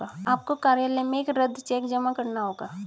आपको कार्यालय में एक रद्द चेक जमा करना होगा